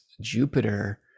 jupiter